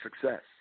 success